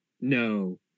No